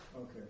Okay